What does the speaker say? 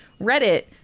Reddit